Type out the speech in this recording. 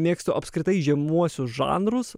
mėgstu apskritai žemuosius žanrus